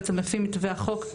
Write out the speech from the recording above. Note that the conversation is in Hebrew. בעצם לפי מתווה החוק,